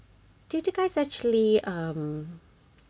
do you guys actually um